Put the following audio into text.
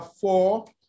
four